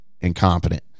incompetent